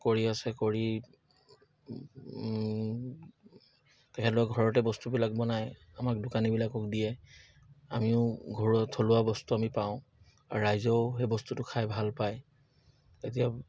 কৰি আছে কৰি তেহেঁতৰ ঘৰতে বস্তুবিলাক বনায় আমাক দোকানীবিলাকক দিয়ে আমিও ঘৰুৱা থলুৱা বস্তু আমি পাওঁ আৰু ৰাইজেও সেই বস্তুটো খাই ভাল পায় তেতিয়া